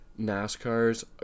nascar's